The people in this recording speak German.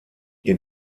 ihr